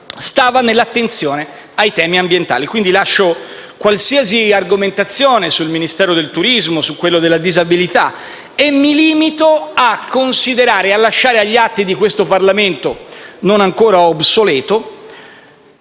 stava nell'attenzione ai temi ambientali. Lascio qualsiasi argomentazione sul Ministero del turismo e su quello della disabilità e mi limito a considerare e a lasciare agli atti di questo Parlamento, non ancora obsoleto,